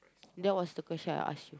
that was the question I ask you